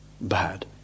bad